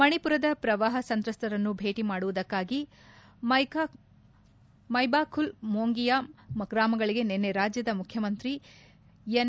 ಮಣಿಮರದಲ್ಲಿ ಪ್ರವಾಪ ಸಂತ್ರಸ್ತರನ್ನು ಭೇಟಿ ಮಾಡುವುದಕ್ಕಾಗಿ ಮೈಬಾಖುಲ್ ಮೋಂಗಿಯಾಂ ಗ್ರಾಮಗಳಿಗೆ ನಿನ್ನೆ ರಾಜ್ತದ ಮುಖ್ಯಮಂತ್ರಿ ಎನ್